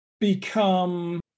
become